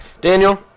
Daniel